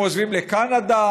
הם עוזבים לקנדה,